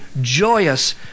joyous